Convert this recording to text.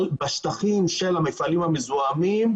בשטחים של הפעלים המזהמים,